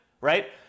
right